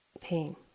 pain